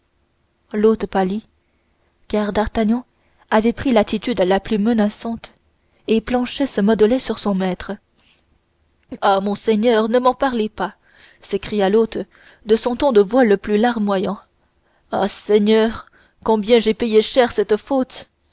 l'hôte pâlit car d'artagnan avait pris l'attitude la plus menaçante et planchet se modelait sur son maître ah monseigneur ne m'en parlez pas s'écria l'hôte de son ton de voix le plus larmoyant ah seigneur combien j'ai payé cette faute